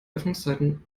öffnungszeiten